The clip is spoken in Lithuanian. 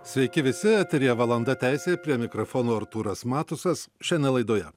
sveiki visi eteryje valanda teisė prie mikrofono artūras matusas šiandien laidoje